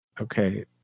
okay